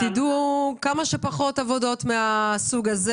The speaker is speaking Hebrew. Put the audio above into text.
אני מאחלת לך אתי ולכולכם בבאר שבע שתדעו כמה שפחות עבודות מהסוג הזה.